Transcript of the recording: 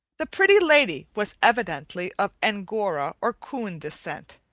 the pretty lady was evidently of angora or coon descent,